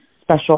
special